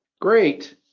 Great